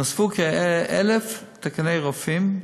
נוספו כ-1,000 תקני רופאים,